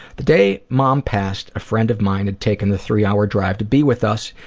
the day mom passed, a friend of mine had taken the three-hour drive to be with us,